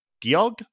Geog